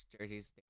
jerseys